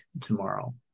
tomorrow